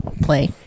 Play